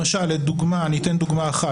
אתן דוגמה אחת.